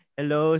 Hello